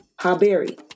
Haberi